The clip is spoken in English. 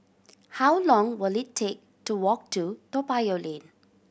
how long will it take to walk to Toa Payoh Lane